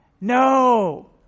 No